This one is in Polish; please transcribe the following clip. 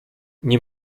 nie